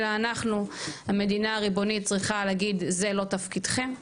אלא אנחנו המדינה הריבונית צריכה להגיד זה לא תפקידכם,